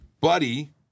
buddy